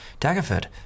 Daggerford